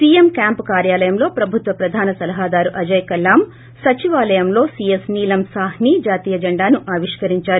CM camp కార్యాలయంలో పభుత్వ ప్రధాన సలహాదారు అజేయ కల్లమ్ సచివాలయంలో సీఎస్ నీలం సాహ్ని జాతీయ జెండాను ఆవిష్కరించారు